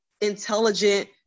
intelligent